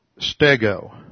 Stego